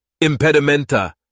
Impedimenta